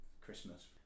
Christmas